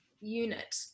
unit